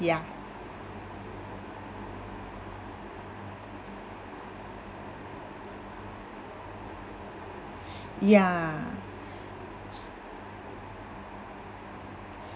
ya ya